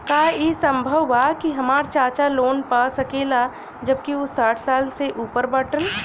का ई संभव बा कि हमार चाचा लोन पा सकेला जबकि उ साठ साल से ऊपर बाटन?